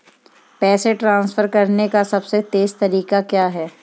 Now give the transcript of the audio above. पैसे ट्रांसफर करने का सबसे तेज़ तरीका क्या है?